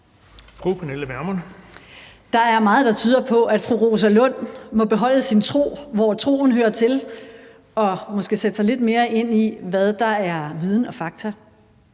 Der er meget, der tyder på, at fru Rosa Lund må beholde sin tro, hvor troen hører til, og måske sætte sig lidt mere ind i, hvad der er viden og fakta.